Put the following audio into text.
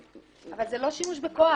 אבל זה לא שימוש בכוח.